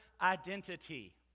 identity